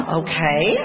okay